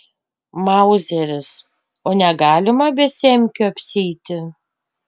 mauzeris o negalima be semkių apsieiti